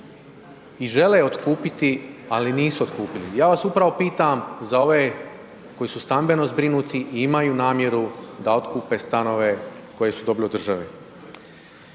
i žele otkupiti ali nisu otkupili. Ja vas upravo pitam za ove koji su stambeno zbrinuti i imaju namjeru, da otkupe stanove koje su dobili od države.